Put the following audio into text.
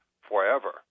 forever